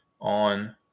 on